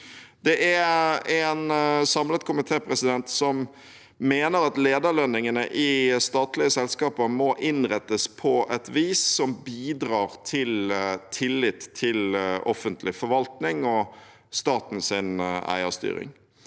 Det er en samlet komité som mener at lederlønningene i statlige selskaper må innrettes på et vis som bidrar til tillit til offentlig forvaltning og statens eierstyring.